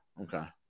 Okay